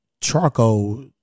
charcoal